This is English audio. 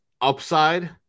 upside